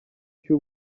cy’u